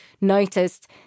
noticed